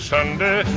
Sunday